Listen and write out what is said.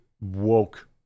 woke